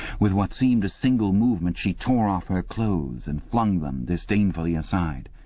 with what seemed a single movement she tore off her clothes and flung them disdainfully aside.